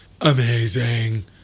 amazing